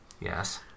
Yes